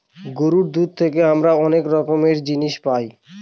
গরুর দুধ থেকে আমরা অনেক জিনিস পায়